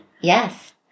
Yes